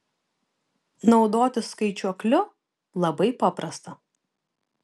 naudotis skaičiuokliu labai paprasta